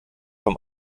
vom